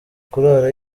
kurara